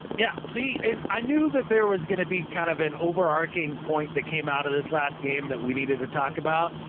yeah. adam see, and i knew that there was going to be kind of an overarching point that came out of this last game that we needed to talk about.